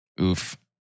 Oof